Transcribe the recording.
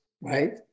right